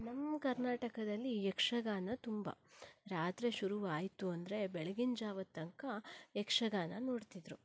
ನಮ್ಮ ಕರ್ನಾಟಕದಲ್ಲಿ ಯಕ್ಷಗಾನ ತುಂಬ ರಾತ್ರಿ ಶುರುವಾಯಿತು ಅಂದರೆ ಬೆಳಗಿನ ಜಾವದ ತನಕ ಯಕ್ಷಗಾನ ನೋಡ್ತಿದ್ರು